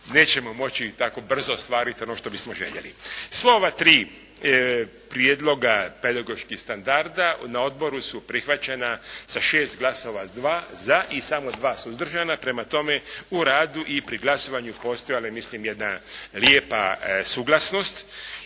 nećemo moći tako brzo ostvariti ono što bismo željeli. Sva ova tri prijedloga pedagoških standarda na odboru su prihvaćena sa 6 glasova za i samo 2 suzdržana. Prema tome, u radu i pri glasovanju postojala je, mislim, jedna lijepa suglasnost